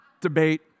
debate